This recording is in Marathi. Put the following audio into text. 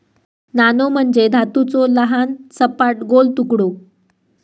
नाणो म्हणजे धातूचो लहान, सपाट, गोल तुकडो